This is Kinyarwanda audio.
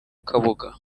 kabuga